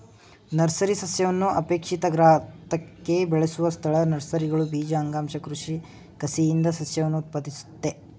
nursery ಸಸ್ಯವನ್ನು ಅಪೇಕ್ಷಿತ ಗಾತ್ರಕ್ಕೆ ಬೆಳೆಸುವ ಸ್ಥಳ ನರ್ಸರಿಗಳು ಬೀಜ ಅಂಗಾಂಶ ಕೃಷಿ ಕಸಿಯಿಂದ ಸಸ್ಯವನ್ನು ಉತ್ಪಾದಿಸುತ್ವೆ